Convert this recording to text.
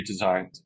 redesigned